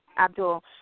Abdul